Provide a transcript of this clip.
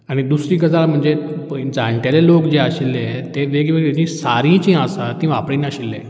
आनी दुसरी गजाल म्हणजे पय जाण्टेले लोक जे आशिल्ले ते वेगळीं वेगळीं जीं सारीं जीं आसा तीं वापरी नाशिल्ले